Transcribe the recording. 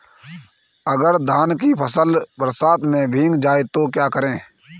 अगर धान की फसल बरसात में भीग जाए तो क्या करें?